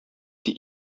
die